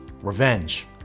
revenge